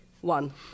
one